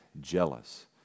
jealous